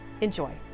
Enjoy